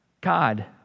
God